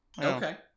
Okay